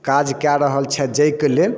काज कए रहल छथि जाहिके लेल